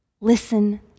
Listen